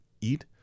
eat